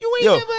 Yo